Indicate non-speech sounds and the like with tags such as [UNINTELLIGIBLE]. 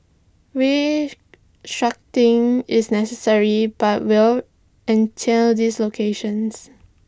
[UNINTELLIGIBLE] is necessary but will entail dislocations